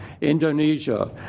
Indonesia